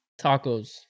tacos